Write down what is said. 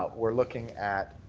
ah we're looking at,